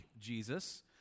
Jesus